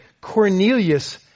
Cornelius